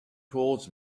towards